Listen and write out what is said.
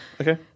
Okay